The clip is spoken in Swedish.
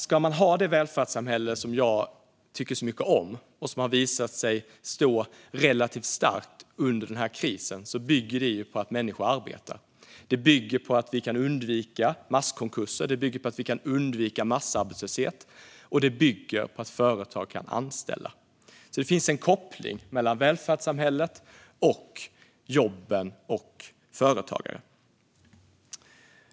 Ska vi ha det välfärdssamhälle som jag tycker så mycket om och som har visat sig stå relativt starkt under krisen bygger det på att människor arbetar. Det bygger på att vi kan undvika masskonkurser och massarbetslöshet. Det bygger på att företag kan anställa. Det finns alltså en koppling mellan välfärdssamhället, jobben och företagen.